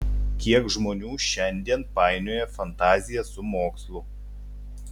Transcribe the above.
kiek žmonių šiandien painioja fantaziją su mokslu